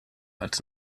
als